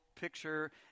picture